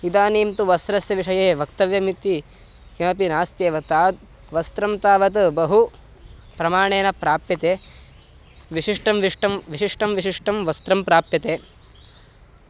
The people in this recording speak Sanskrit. इदानीं तु वस्रस्य विषये वक्तव्यम् इति किमपि नास्त्येव तत् वस्त्रं तावत् बहु प्रमाणेन प्राप्यते विशिष्टं विष्टं विशिष्टं विशिष्टं वस्त्रं प्राप्यते